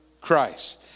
Christ